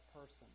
person